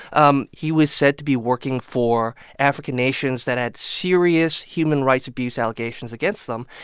um he was said to be working for african nations that had serious human rights abuse allegations against them.